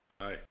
Hi